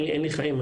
אין לי חיים,